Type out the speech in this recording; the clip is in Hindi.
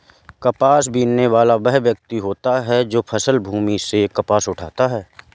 कपास बीनने वाला वह व्यक्ति होता है जो फसल की भूमि से कपास उठाता है